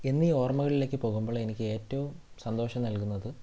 എന്നീ ഓർമ്മകളിലേക്ക് പോകുമ്പോഴേ എനിക്ക് ഏറ്റവും സന്തോഷം നൽകുന്നത്